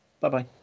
Bye-bye